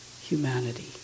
humanity